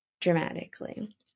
dramatically